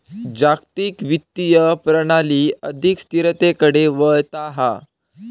जागतिक वित्तीय प्रणाली अधिक स्थिरतेकडे वळता हा